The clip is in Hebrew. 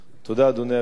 אדוני היושב-ראש,